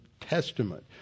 Testament